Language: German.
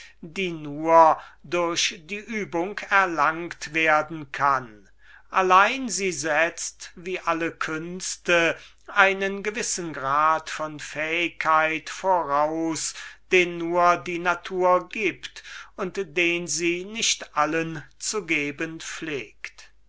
die nur durch die übung erlangt werden kann allein sie setzt wie alle künste einen gewissen grad von fähigkeit voraus den nur die natur gibt und den sie nicht allen zu geben pflegt